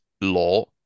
law